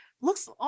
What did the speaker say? Looks